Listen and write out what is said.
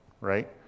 right